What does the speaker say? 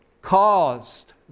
caused